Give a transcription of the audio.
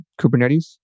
Kubernetes